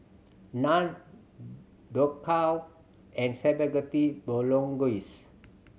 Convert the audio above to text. Naan Dhokla and Spaghetti Bolognese